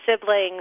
siblings